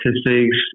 statistics